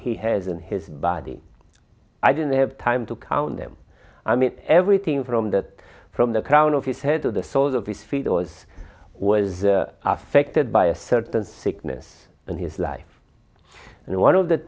he has in his body i didn't have time to count them i mean everything from that from the crown of his head to the soles of his feet was was affected by a certain sickness and his life and one of the